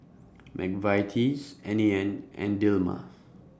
Mcvitie's N A N and Dilmah